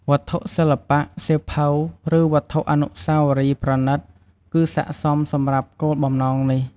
វត្ថុសិល្បៈ សៀវភៅ ឬវត្ថុអនុស្សាវរីយ៍ប្រណិត គឺស័ក្តិសមសម្រាប់គោលបំណងនេះ។